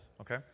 Okay